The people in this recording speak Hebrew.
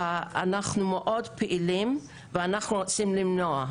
אנחנו מאוד פעילים, ואנחנו רוצים למנוע.